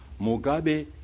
Mugabe